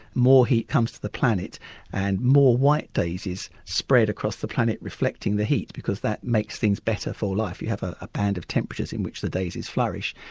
more heat comes to the planet and more white daisies spread across the planet reflecting the heat because that makes things better for life. you have a ah band of temperatures in which the daisies flourish.